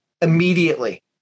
immediately